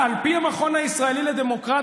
שימו לב,